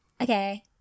Okay